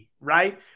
right